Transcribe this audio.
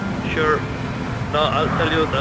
sure. no, i'll tell you,